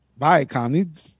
Viacom